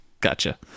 gotcha